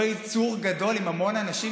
אותו יצור גדול עם המון אנשים,